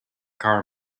car